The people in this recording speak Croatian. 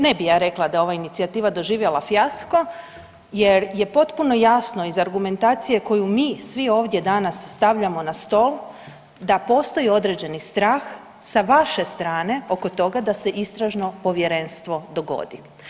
Ne bi ja rekla da je ova inicijativa doživjela fijasko jer je potpuno jasno iz argumentacije koju mi svi ovdje danas stavljamo na stol da postoji određeni strah sa vaše strane oko toga da se istražno povjerenstvo dogodi.